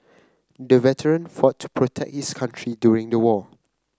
the veteran fought to protect his country during the war